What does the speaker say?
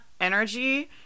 energy